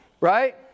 right